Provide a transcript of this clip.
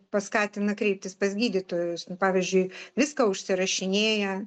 paskatina kreiptis pas gydytojus pavyzdžiui viską užsirašinėja